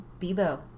Bebo